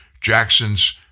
Jackson's